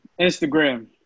Instagram